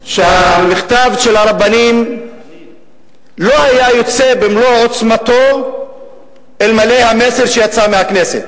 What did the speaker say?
שהמכתב של הרבנים לא היה יוצא במלוא עוצמתו אלמלא המסר שיצא מהכנסת,